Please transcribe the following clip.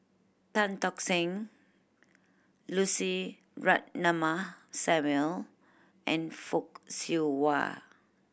Tan Tock Seng Lucy Ratnammah Samuel and Fock Siew Wah